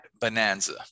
Bonanza